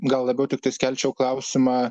gal labiau tiktais kelčiau klausimą